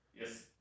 yes